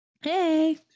Hey